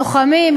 לוחמים,